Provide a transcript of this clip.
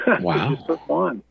Wow